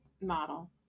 model